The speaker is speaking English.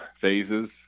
phases